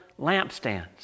lampstands